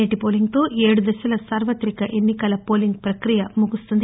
నేటి పోలింగ్తో ఏదు దశల సార్వతిక ఎన్నికల పోలింగ్ ప్రక్రియ ముగుస్తుంది